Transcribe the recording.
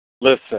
Listen